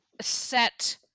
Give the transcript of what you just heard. set